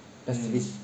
pacifist